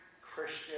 Christian